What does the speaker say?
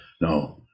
no